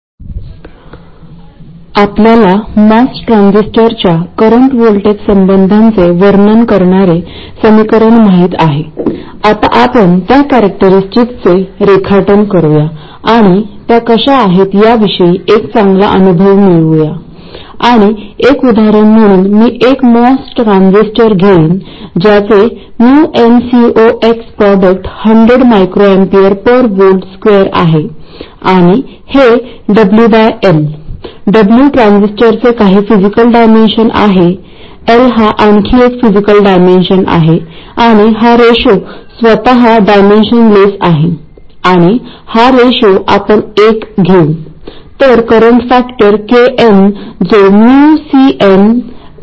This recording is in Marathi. आता आपल्या जवळ अशी आश्वासक बायसिंग स्कीम आहे जी ट्रान्झिस्टर च्या स्मॉल सिग्नलची सेंसिटीविटी ट्रान्झिस्टर चे पॅरामीटर्स जसे की थ्रेशोल्ड व्होल्टेज आणि करंट फॅक्टरशी संबंधित ट्रान्झिस्टर ट्रान्सकण्डक्टॅन्स कमी करते